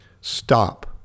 Stop